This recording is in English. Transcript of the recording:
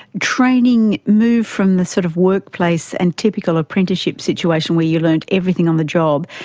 training move from the sort of workplace and typical apprenticeship situation where you learnt everything on the job,